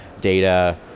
data